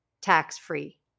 tax-free